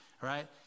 right